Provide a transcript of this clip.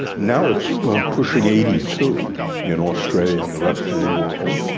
now it's pushing eighty two in australia and the rest of the world.